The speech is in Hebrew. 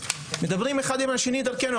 מדברים אחד עם השני דרכנו.